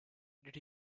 did